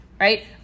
right